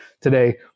today